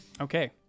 Okay